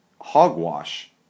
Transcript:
hogwash